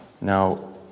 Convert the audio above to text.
Now